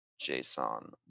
JSON